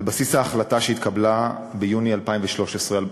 על בסיס ההחלטה שהתקבלה ביוני 2013,